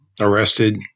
arrested